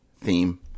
theme